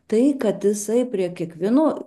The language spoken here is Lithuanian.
tai kad jisai prie kiekvieno